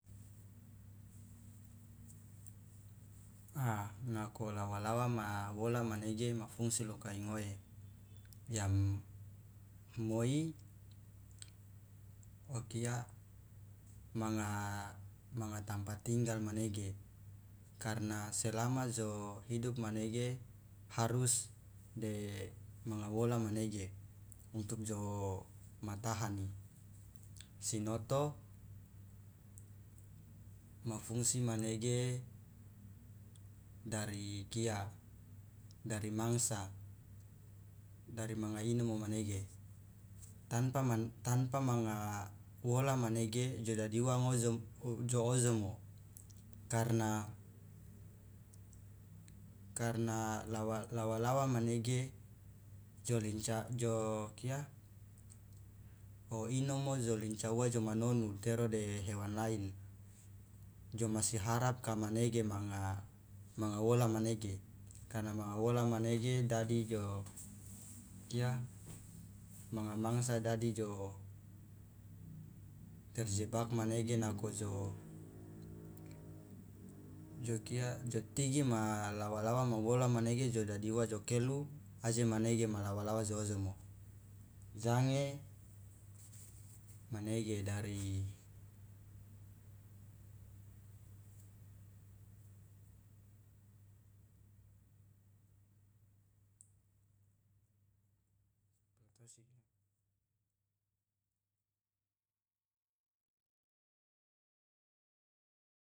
A nako lawa lawa ma wola manege ma fungsi lo kai ngoe yang moi okia manga tampa tinggal manege karna selama jo hidup manege harus de manga wola manege untuk joma tahani sinoto ma fungsi manege dari kia dari mangsa dari manga inomo manege tanpa man tanpa manga wola manege jo dadi uwa ngojom jo ojomo karna karna lawa lawa lawa manege jo linca jo kia o inomo jo linca uwa joma nonu tero de hewan lain jomasi harap kamanege manga wola manege karna manga wola manege dadi jo jo kia manga mangsa dadi jo terjebak manege nako jo jo kia jo tigi ma lawa lawa ma wola manege jo idadi uwa jo kelu aje manege ma lawa lawa jo ojomo jange manege dari.